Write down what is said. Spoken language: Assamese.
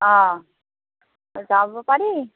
অ যাব পাৰি